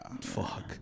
Fuck